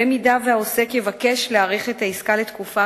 במידה שהעוסק יבקש להאריך את העסקה לתקופה